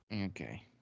Okay